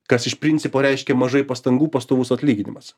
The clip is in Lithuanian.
kas iš principo reiškia mažai pastangų pastovus atlyginimas